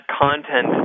content